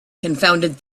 confounded